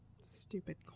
Stupid